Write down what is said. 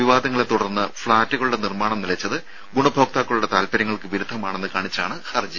വിവാദങ്ങളെത്തുടർന്ന് ഫ്ലാറ്റുകളുടെ നിർമ്മാണം നിലച്ചത് ഗുണഭോക്താക്കളുടെ താല്പര്യങ്ങൾക്ക് വിരുദ്ധമാണെന്ന് കാണിച്ചാണ് ഹർജി